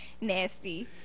Nasty